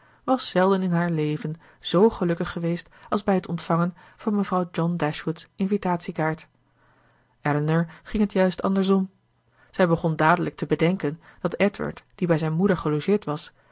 was zelden in haar leven z gelukkig geweest als bij het ontvangen van mevrouw john dashwood's invitatiekaart elinor ging het juist andersom zij begon dadelijk te bedenken dat edward die bij zijn moeder gelogeerd was